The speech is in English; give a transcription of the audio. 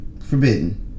forbidden